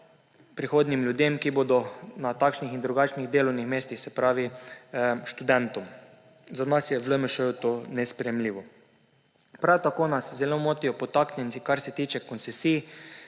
prihodnjim ljudem, ki bodo na takšnih in drugačnih delovnih mestih, se pravi študentom. Za nas v LMŠ je to nesprejemljivo. Prav tako nas zelo motijo podtaknjenci, kar se tiče koncesij.